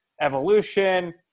Evolution